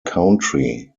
country